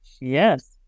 Yes